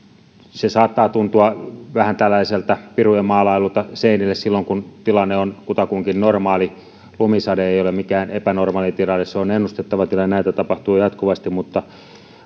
se saattaa tuntua vähän pirujen maalailulta seinille silloin kun tilanne on kutakuinkin normaali lumisade ei ei ole mikään epänormaali tilanne se on ennustettava tilanne näitä tapahtuu jatkuvasti mutta